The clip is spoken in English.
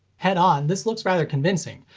head-on, this looks rather convincing.